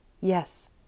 Yes